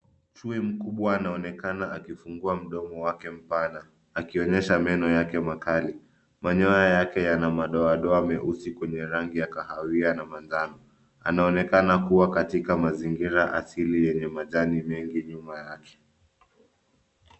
Chui mkubwa anaonekana akifunguwa mdomo wake mpana akionyesha meno yake makali. Manyoya yake yana madoadoa meusi kwenye rangi ya kahawia na manjano. Anaonekana kuwa katika mazingira asili yenye majani mengi nyuma yake.